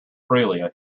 freely